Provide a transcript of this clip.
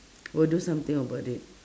will do something about it